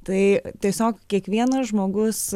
tai tiesiog kiekvienas žmogus